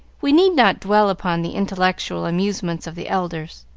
we need not dwell upon the intellectual amusements of the elders.